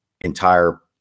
entire